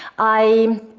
i